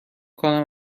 کنم